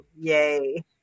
yay